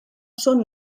són